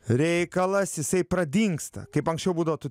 reikalas jisai pradingsta kaip anksčiau būdavo tu